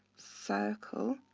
circle